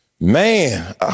Man